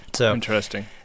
Interesting